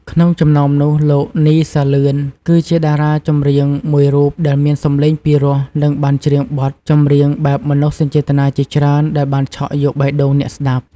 ក្នុងចំណោមនោះ លោក នី សាលឿន គឺជាតារាចម្រៀងមួយរូបដែលមានសម្លេងពីរោះនិងបានច្រៀងបទចម្រៀងបែបមនោសញ្ចេតនាជាច្រើនដែលបានឆក់យកបេះដូងអ្នកស្តាប់។